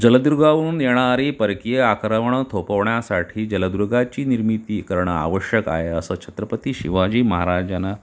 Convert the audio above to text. जलदुर्गाहून येणारी परकीय आक्रमणं थोपवण्यासाठी जलदुर्गाची निर्मिती करणं आवश्यक आहे असं छत्रपती शिवाजी महाराजांना